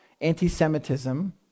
anti-Semitism